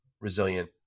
resilient